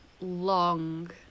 long